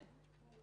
כן.